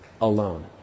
alone